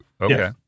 Okay